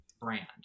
brand